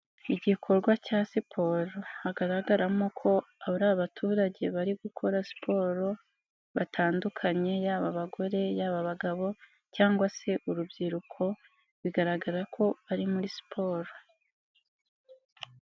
Igikorwa cya siporo hagaragaramo ko abaturage bari gukora siporo, batandukanye yaba abagore, yaba bagabo cyangwa se urubyiruko bigaragara ko bari muri siporo.